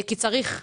כי צריך לבנות,